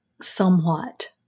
Somewhat